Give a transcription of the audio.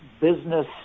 business